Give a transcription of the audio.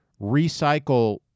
recycle